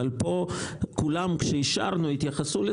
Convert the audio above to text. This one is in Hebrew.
כאשר אישרנו,